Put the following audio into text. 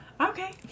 Okay